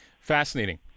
fascinating